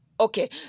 okay